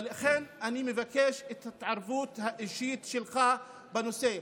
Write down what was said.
ולכן אני מבקש את ההתערבות האישית שלך בנושא.